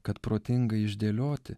kad protingai išdėlioti